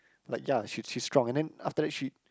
like ya she she's strong and then after that she